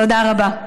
תודה רבה.